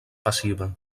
passiva